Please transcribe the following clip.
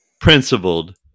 principled